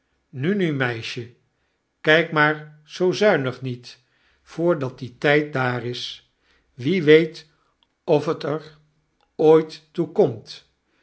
nu nu meisje kyk maar zoo zuinig niet voordat die tyd daar is wie weet of het er ooit toe